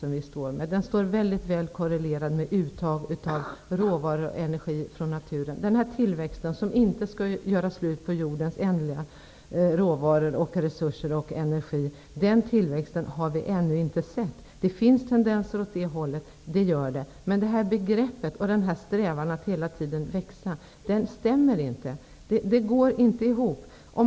Den står mycket väl korrelerad med uttag av råvaror och energi från naturen. En sådan tillväxt som inte gör slut på jordens ändliga råvaror, resurser och energi har vi ännu inte sett. Det finns dock tendenser åt det hållet, men begreppet och strävan att hela tiden växa stämmer inte. Det hela går inte ihop.